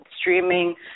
streaming